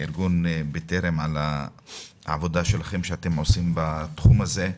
לארגון בטרם, על העבודה שאתם עושים בתחום הזה.